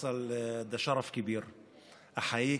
הראשונה שאני מדבר כשכבודך יושב-ראש הישיבה.